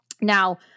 Now